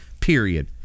period